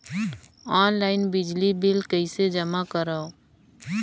Online बिजली bill कइसे जमा करव?